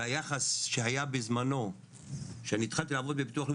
והיחס שהיה בזמנו שאני התחלתי לעבוד בביטוח לאומי